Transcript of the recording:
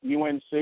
UNC